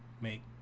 make